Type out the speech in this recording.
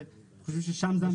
ואנחנו חושבים ששם זה המקום.